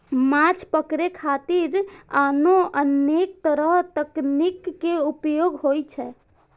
माछ पकड़े खातिर आनो अनेक तरक तकनीक के उपयोग होइ छै